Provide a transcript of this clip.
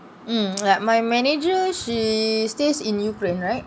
mm like my manager she stays in ukraine right